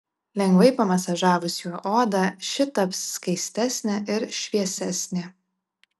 lengvai pamasažavus juo odą ši taps skaistesnė ir šviesesnė